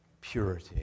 purity